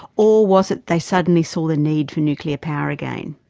or was it they suddenly saw the need for nuclear power again?